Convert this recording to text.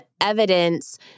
evidence